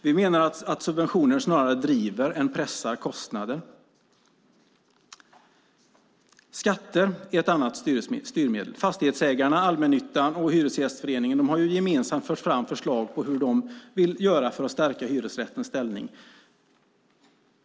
Vi menar att subventioner snarare driver än pressar kostnader. Skatterna är ett annat styrmedel. Fastighetsägarna, allmännyttan och Hyresgästföreningen har gemensamt fört fram förslag på hur de vill göra för att stärka hyresrättens ställning.